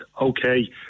okay